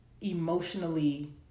emotionally